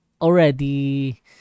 Already